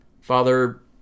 father